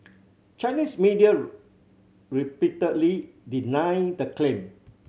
Chinese media repeatedly denied the claim